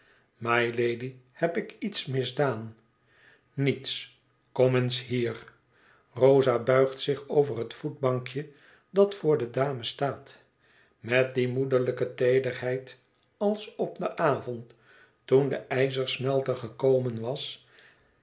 mylady heb ik iets misdaan niets kom eens hier rosa buigt zich over het voetbankje dat voor de dame staat met die moederlijke teederheid als op den avond toen de ijzersmelter gekomen was